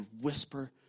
whisper